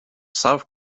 south